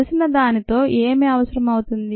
ఇప్పుడు తెలిసిన దానితో ఏమి అవసరం అవుతుంది